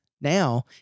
now